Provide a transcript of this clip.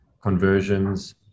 conversions